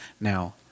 Now